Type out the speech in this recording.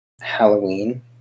Halloween